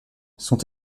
sont